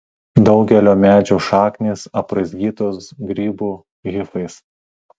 daugelio medžių šaknys apraizgytos grybų hifais